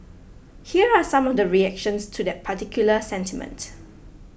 here are some of the reactions to that particular sentiment